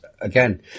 again